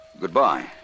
Goodbye